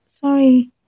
Sorry